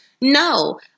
No